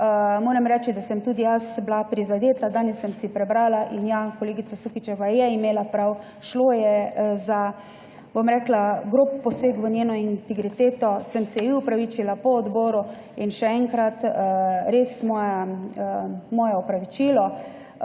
Moram reči, da sem tudi jaz bila prizadeta, danes sem si prebrala in, ja, kolegica Sukičeva je imela prav, šlo je za, bom rekla, grob poseg v njeno integriteto, sem se ji opravičila po odboru in še enkrat moje opravičilo,